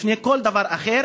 לפני כל דבר אחר,